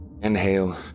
Inhale